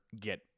get